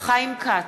חיים כץ,